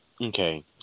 okay